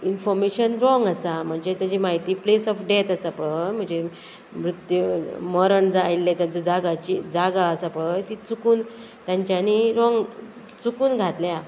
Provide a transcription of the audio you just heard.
information wrong आसा म्हणजे तेजी म्हायती प्लेस ऑफ डेथ आसा पय म्हणजे मृत्यू मरण जाय आयिल्लें तांचो जागाची जागा आसा पळय ती चुकून तांच्यांनी रोंग चुकून घातल्या